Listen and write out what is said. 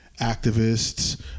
activists